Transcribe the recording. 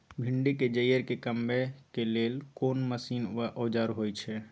भिंडी के जईर के कमबै के लेल कोन मसीन व औजार होय छै?